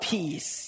Peace